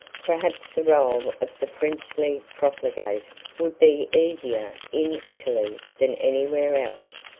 perhaps the role of the princely profligate would be easier in italy than anywhere else.